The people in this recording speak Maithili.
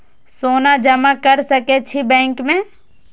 सोना जमा कर सके छी बैंक में?